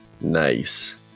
Nice